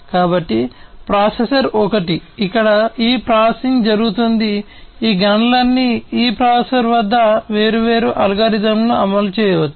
కాబట్టి ప్రాసెసర్ ఒకటి ఇక్కడ ఈ ప్రాసెసింగ్ జరుగుతోంది ఈ గణనలన్నీ ఈ ప్రాసెసర్ వద్ద వేర్వేరు అల్గోరిథంలను అమలు చేయవచ్చు